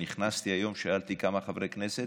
נכנסתי היום ושאלתי: כמה חברי כנסת?